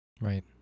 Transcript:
Right